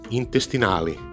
intestinali